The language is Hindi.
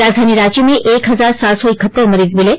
राजधानी रांची में एक हजार सात सौ इकहत्तर मरीज मिले